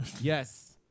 yes